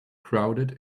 crowded